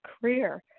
career